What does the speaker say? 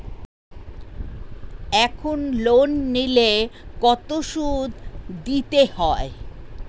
এখন লোন নিলে কত সুদ দিতে হয়?